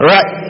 Right